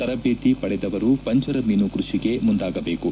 ತರದೇತಿ ಪಡೆದವರು ಪಂಜರ ಮೀನು ಕೈಷಿಗೆ ಮುಂದಾಗಬೇಕು